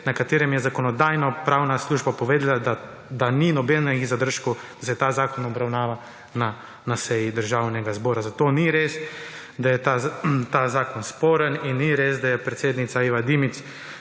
na katerem je Zakonodajno-pravna služba povedala, da ni nobenih zadržkov, da se ta zakona obravnava na seji Državnega zbora, zato ni res, da je ta zakon sporen in ni res, da je predsednica Iva Dimic